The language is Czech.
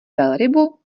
velrybu